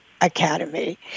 Academy